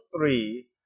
three